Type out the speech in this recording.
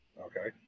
okay